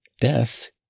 Death